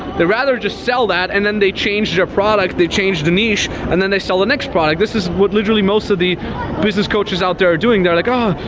rather just sell that, and then they change their product. they change the niche, and then they sell the next product. this is what literally most of the business coaches out there are doing. they're like, oh,